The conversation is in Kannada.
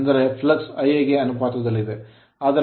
ಅಂದರೆ flux ಫ್ಲಕ್ಸ್ Ia ಗೆ ಅನುಪಾತದಲ್ಲಿದೆ ಆದರೆ ಟಾರ್ಕ್ K ∅ Ia